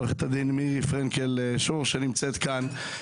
של עורכת הדין מירי פרנקל שור שנמצאת כאן.